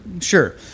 sure